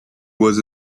was